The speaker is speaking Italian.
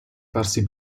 farsi